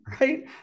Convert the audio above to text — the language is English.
Right